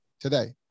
today